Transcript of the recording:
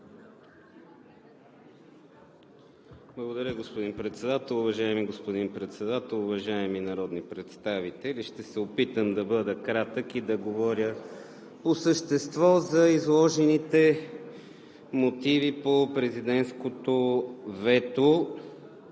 Благодаря, господин Председател. Уважаеми господин Председател, уважаеми народни представители! Ще се опитам да бъда кратък и да говоря по същество за изложените мотиви по президентското вето.